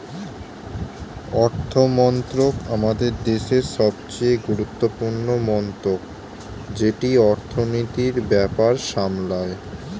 অর্থমন্ত্রক আমাদের দেশের সবচেয়ে গুরুত্বপূর্ণ মন্ত্রক যেটি অর্থনীতির ব্যাপার সামলায়